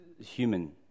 human